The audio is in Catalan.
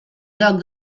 lloc